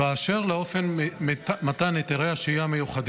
באשר לאופן מתן היתרי השהייה המיוחדים,